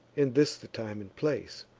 and this the time and place.